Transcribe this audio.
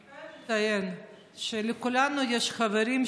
אני חייבת לציין שלכולנו יש חברים,